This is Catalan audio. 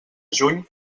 juny